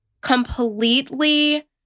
completely